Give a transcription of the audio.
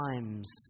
times